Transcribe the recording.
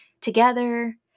together